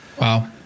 Wow